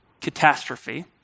catastrophe